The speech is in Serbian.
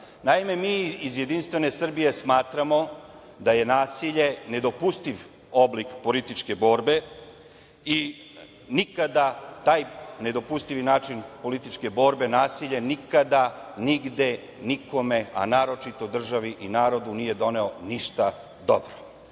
dana. Naime, mi iz JS smatramo da je nasilje nedopustiv oblik političke borbe i nikada taj nedopustivi način političke borbe, nasilje nikada nigde nikome, a naročito državi i narodu nije doneo ništa dobro.